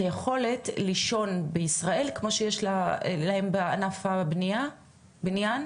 היכולת לישון בישראל כמו שיש להם בענף הבניין?